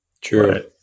True